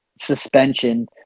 suspension